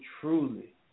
truly